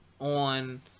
on